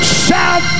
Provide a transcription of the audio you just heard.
shout